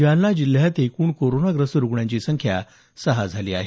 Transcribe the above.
जालना जिल्ह्यात एकूण कोरोनाग्रस्त रुग्णांची संख्या सहा झाली आहे